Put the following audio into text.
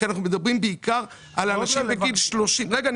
כי אנחנו מדברים בעיקר על אנשים בגיל 30. רגע,